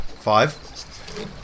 Five